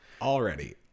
Already